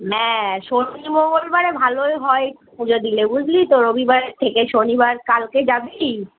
হ্যাঁ শনি মঙ্গলবারে ভালোই হয় পুজো দিলে বুঝলি তো রবিবারের থেকে শনিবার কালকে যাবি